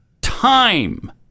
time